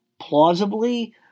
plausibly